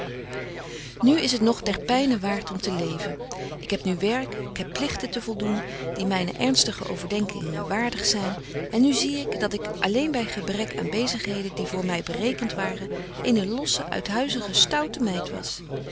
nu is het nog der pyne waart om te leven ik heb nu werk ik heb pligten te voldoen die myne ernstigste overdenkingen waardig zyn en nu zie ik dat ik alléén by gebrek van bezigheden die voor my berekent waren eene losse uithuizige stoute meid was